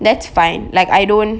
that's fine like I don't